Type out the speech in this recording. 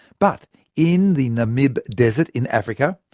but in the namib desert in africa,